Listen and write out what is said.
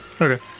Okay